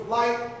light